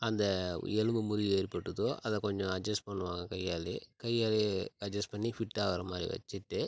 அந்த எலும்பு முறிவு ஏற்பட்டுதோ அதை கொஞ்சம் அட்ஜஸ்ட் பண்ணுவாங்க கையாலயே கையாலயே அட்ஜஸ்ட் பண்ணி ஃபிட் ஆகுற மாதிரி வச்சிவிட்டு